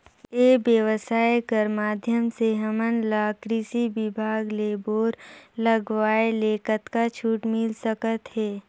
ई व्यवसाय कर माध्यम से हमन ला कृषि विभाग ले बोर लगवाए ले कतका छूट मिल सकत हे?